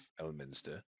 Elminster